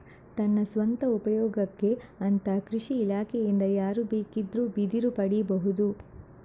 ತನ್ನ ಸ್ವಂತ ಉಪಯೋಗಕ್ಕೆ ಅಂತ ಕೃಷಿ ಇಲಾಖೆಯಿಂದ ಯಾರು ಬೇಕಿದ್ರೂ ಬಿದಿರು ಪಡೀಬಹುದು